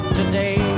today